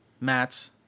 Mats